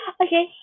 Okay